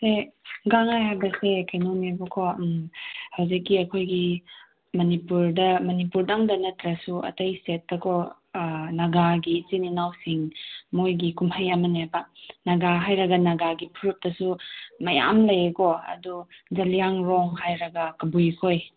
ꯑꯦ ꯒꯥꯡꯉꯥꯏ ꯍꯥꯏꯕꯁꯦ ꯀꯩꯅꯣꯅꯦꯕꯀꯣ ꯍꯧꯖꯤꯛꯀꯤ ꯑꯩꯈꯣꯏꯒꯤ ꯃꯅꯤꯄꯨꯔꯗ ꯃꯅꯤꯄꯨꯔꯗꯗꯪ ꯅꯠꯇ꯭ꯔꯁꯨ ꯑꯇꯩ ꯏꯁꯇꯦꯠꯇꯀꯣ ꯅꯒꯥꯒꯤ ꯏꯆꯤꯜ ꯏꯅꯥꯎꯁꯤꯡ ꯃꯣꯏꯒꯤ ꯀꯨꯝꯍꯩ ꯑꯃꯅꯦꯕ ꯅꯥꯒꯥ ꯍꯥꯏꯔꯒ ꯅꯥꯒꯥꯒꯤ ꯐꯨꯔꯨꯞꯇꯁꯨ ꯃꯌꯥꯝ ꯂꯩꯌꯦꯀꯣ ꯑꯗꯨ ꯖꯂꯤꯌꯥꯡꯔꯣꯡ ꯍꯥꯏꯔꯒ ꯀꯕꯨꯏꯈꯣꯏ